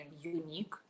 unique